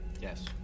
Yes